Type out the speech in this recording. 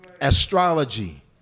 Astrology